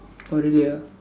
oh really ah